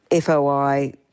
FOI